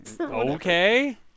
okay